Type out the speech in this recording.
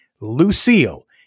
lucille